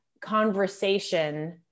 conversation